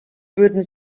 würden